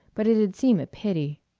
but it'd seem a pity.